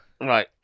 right